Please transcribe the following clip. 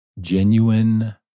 genuine